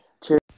Cheers